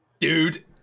DUDE